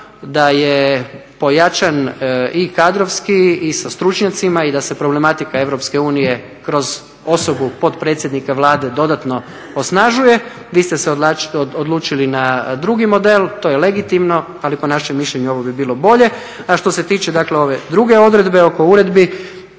da je pojačan i kadrovski i sa stručnjacima i da se problematika Europske unije kroz osobu potpredsjednika Vlade dodatno osnažuje. Vi ste se odlučili na drugi model to je legitimno ali po našem mišljenju ovo bi bilo bolje. A što se tiče dakle ove druge odredbe oko uredbi